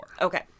okay